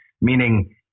meaning